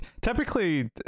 typically